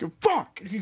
Fuck